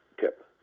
tip